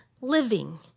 living